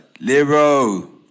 Lero